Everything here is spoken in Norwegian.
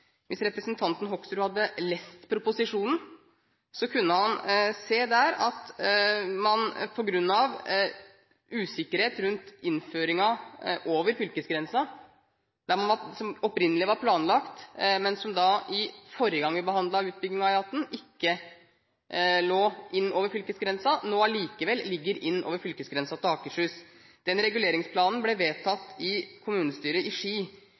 Hvis representanten Hoksrud hadde lest proposisjonen, hadde han sett der at man på grunn av usikkerhet rundt innføringen over fylkesgrensen, som opprinnelig var planlagt, men som forrige gang vi behandlet utbyggingen av E18 ikke lå inn over fylkesgrensen, nå allikevel ligger inn over fylkesgrensen til Akershus. Den reguleringsplanen ble vedtatt i kommunestyret i Ski,